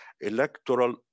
electoral